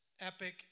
epic